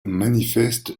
manifestent